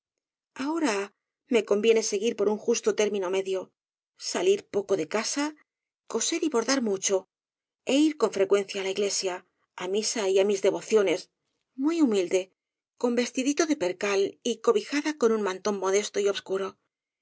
ahora me conviene seguir por un justo término medio salir poco de casa coser y bordar mucho é ir con frecuencia á la iglesia á misa y á mis devociones muy humilde con vestidito de per cal y cobijada con un mantón modesto y obscuro